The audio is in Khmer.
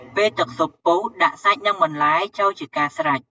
ពេលទឹកស៊ុបពុះដាក់សាច់និងបន្លែចូលជាការស្រេច។